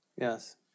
Yes